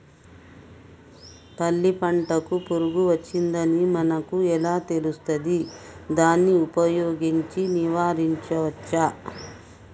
పల్లి పంటకు పురుగు వచ్చిందని మనకు ఎలా తెలుస్తది దాన్ని ఉపయోగించి నివారించవచ్చా?